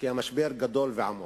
כי המשבר גדול ועמוק.